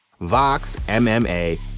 VOXMMA